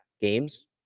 games